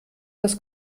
das